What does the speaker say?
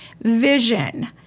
vision